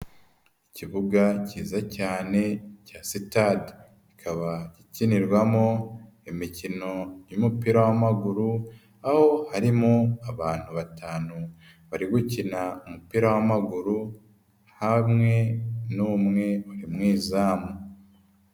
Ikibuga cyiza cyane cya sitade. Kikaba gikinirwamo imikino y'umupira w'amaguru, aho harimo abantu batanu bari gukina umupira w'amaguru, hamwe n'umwe uri mu izamu.